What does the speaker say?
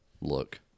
look